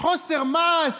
חוסר מעש?